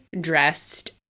dressed